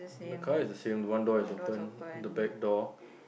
the car is the same one door is open the back door